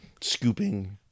Scooping-